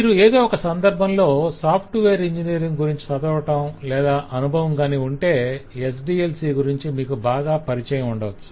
మీరు ఏదో ఒక సంధర్భంలో సాఫ్ట్వేర్ ఇంజనీరింగ్ గురించి చదవటం లేదా అనుభవంగాని ఉంటే SDLC గురించి మీకు బాగా పరిచయం ఉండవచ్చు